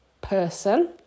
person